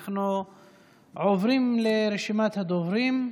אנחנו עוברים לרשימת הדוברים.